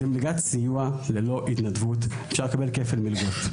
זו מלגת סיוע ללא התנדבות, אפשר לקבל כפל מלגות.